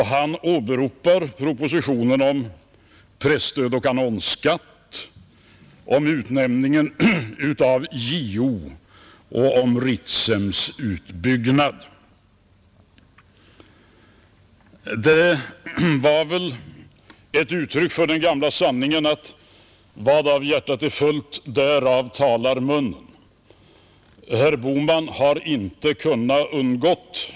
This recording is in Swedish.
Han åberopade propositionerna om presstöd och annonsskatt, han tog upp utnämningen av JO och frågan om Ritsems utbyggnad. Detta är väl ett uttryck för den gamla sanningen ”varav hjärtat är fullt därom talar munnen”.